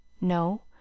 No